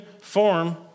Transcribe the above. form